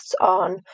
on